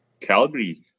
Calgary